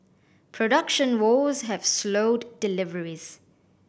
production woes have slowed deliveries